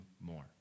more